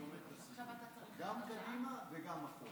אני עומד בסיכום, גם קדימה וגם אחורה.